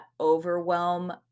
overwhelm